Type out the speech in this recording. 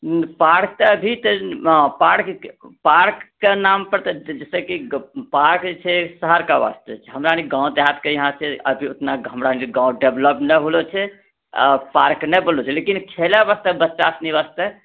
park तऽ अभी तऽ पार्कके पार्कके नाम पर तऽ जैसे कि पार्क जे छै शहरके वास्ते छै हमरा गाँव देहातके यहाँके आदमी ओतना हमरा गाँव डेवलप नहि होलो छै आ पार्क नहि बनल छै लेकिन खेलए वास्ते बच्चा सबकेँ वास्ते